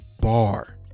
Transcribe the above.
bar